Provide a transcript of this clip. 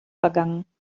vergangen